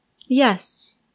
Yes